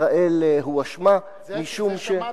ישראל הואשמה אישום, זה שמעתי.